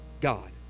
God